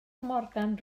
morgan